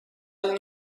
این